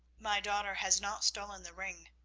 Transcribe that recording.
my daughter has not stolen the ring,